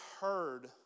heard